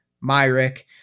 myrick